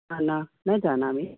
न न जानामि